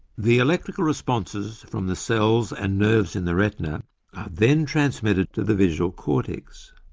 the electrical responses from the cells and nerves in the retina are then transmitted to the visual cortex.